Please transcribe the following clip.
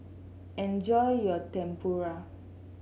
enjoy your Tempura